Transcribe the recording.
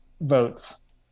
votes